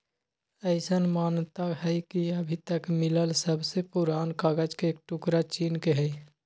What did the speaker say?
अईसन मानता हई कि अभी तक मिलल सबसे पुरान कागज के टुकरा चीन के हई